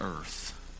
earth